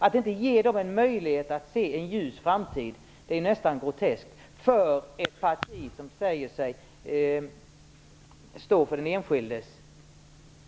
Att inte ge dem en möjlighet att kunna se en ljus framtid är nästan groteskt av ett parti som säger sig stå för den enskildes intressen.